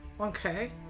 Okay